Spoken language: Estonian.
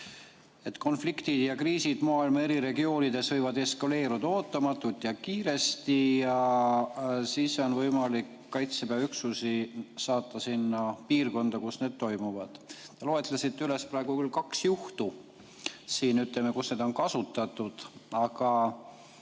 et konfliktid ja kriisid maailma eri regioonides võivad eskaleeruda ootamatult ja kiiresti ning siis on võimalik kaitseväeüksusi saata sinna piirkonda, kus need toimuvad. Nimetasite praegu küll kaks juhtu, kui seda on kasutatud –